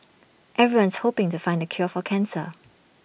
everyone's hoping to find the cure for cancer